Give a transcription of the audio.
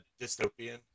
dystopian